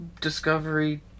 Discovery